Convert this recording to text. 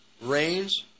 rains